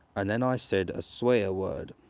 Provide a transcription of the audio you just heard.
and then i said a swear word.